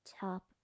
top